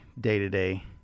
day-to-day